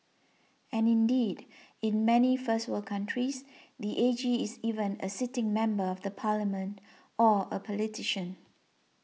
and indeed in many first world countries the A G is even a sitting member of the parliament or a politician